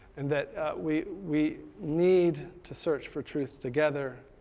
and that we we need to search for truth together,